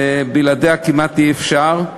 ובלעדיה כמעט אי-אפשר.